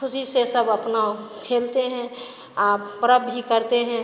ख़ुशी से सब अपना खेलते हैं पर्व भी करते हैं